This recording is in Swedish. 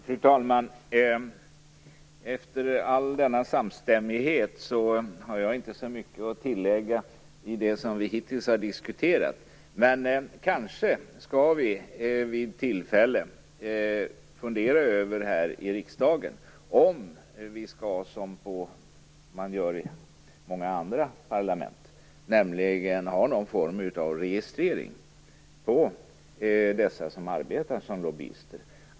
Fru talman! Efter all denna samstämmighet har jag inte så mycket att tillägga till det som vi hittills har diskuterat. Men vi kanske vid tillfälle skall fundera över här i riksdagen om vi, som i många andra parlament, skall ha någon form av registrering av dem som arbetar som lobbyister.